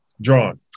Drawn